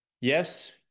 yes